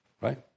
Right